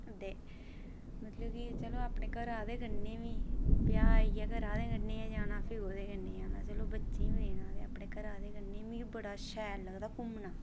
ते मतलब कि अपने घरै आह्लें कन्नै बी ब्याह् होइया ते भी घरै आह्लें कन्नै गै जाना होर कोह्दे कन्नै जाना ते अपने घरै आह्ले कन्नै ते मिगी बड़ा शैल लगदा घुम्मना